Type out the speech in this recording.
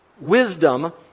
wisdom